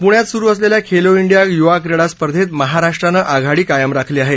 पुण्यात सुरु असलेल्या खेलो इंडिया युवा क्रीडा स्पर्धेत महाराष्ट्रानं आघाडी कायम राखली आहे